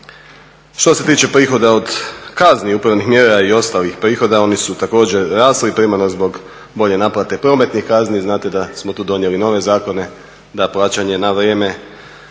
Što se tiče prihoda od kazni, upravnih mjera i ostalih prihoda oni su također rasli, primarno zbog bolje naplate prometnih kazni. Znate da smo tu donijeli nove zakone da plaćanje na vrijeme